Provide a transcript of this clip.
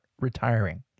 retiring